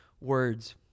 words